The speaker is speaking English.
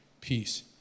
peace